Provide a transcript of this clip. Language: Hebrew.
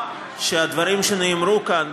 שהדברים שנאמרו כאן,